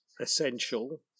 essential